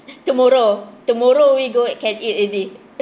tomorrow tomorrow we go eat can eat already